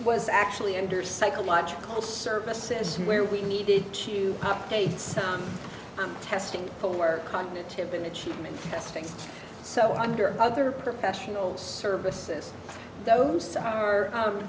was actually under psychological services where we needed to update sound testing koehler cognitive been achievement testing so under other professional services those are